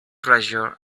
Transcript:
treasure